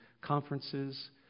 conferences